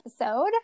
episode